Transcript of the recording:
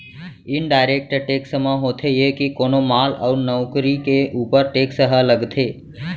indirect tax म होथे ये के कोनो माल अउ नउकरी के ऊपर टेक्स ह लगथे